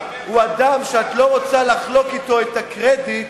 אדם שאת לא רוצה לחלוק אתו את הקרדיט,